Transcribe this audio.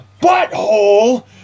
butthole